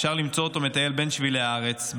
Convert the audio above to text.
אפשר למצוא אותו מטייל בין שבילי הארץ,